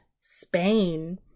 Spain